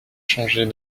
changer